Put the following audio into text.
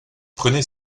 prenez